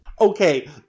Okay